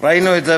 ראינו את זה